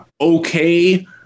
okay